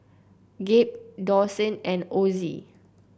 Gabe Dawson and Ozzie